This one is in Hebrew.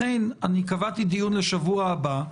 לכן אני קבעתי דיון לשבוע הבא.